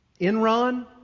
Enron